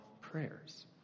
prayers